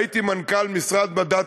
הייתי מנכ"ל משרד המדע,